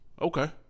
Okay